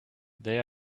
they